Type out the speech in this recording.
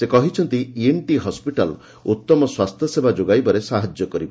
ସେ କହିଛନ୍ତି ENT hospital ଉତ୍ତମ ସ୍ୱାସ୍ଥ୍ୟ ସେବା ଯୋଗାଇବାରେ ସାହାଯ୍ୟ କରିବ